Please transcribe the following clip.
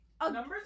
Numbers